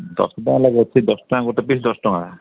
ଦଶ ଟଙ୍କା ଲେଖାଏଁ ଅଛି ଦଶ ଟଙ୍କା ଗୋଟେ ପିସ୍ ଦଶ ଟଙ୍କା